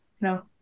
no